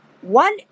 one